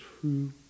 true